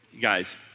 Guys